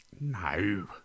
No